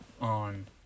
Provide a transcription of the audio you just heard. on